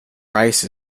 rice